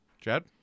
Chad